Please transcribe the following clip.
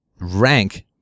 Rank